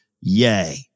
Yay